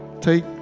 take